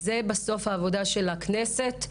זוהי בסוף העבודה של הכנסת.